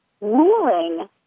ruling